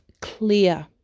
clear